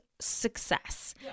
success